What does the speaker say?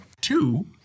Two